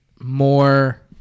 more